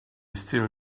still